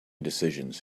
decisions